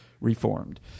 Reformed